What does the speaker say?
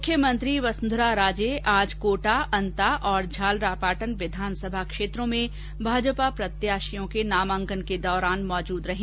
मुख्यमंत्री वसुंधरा राजे आज कोटा अंता और झालरापटन विधानसभा क्षेत्रों में भाजपा प्रत्याषियों के नामांकन के दौरान मौजूद रही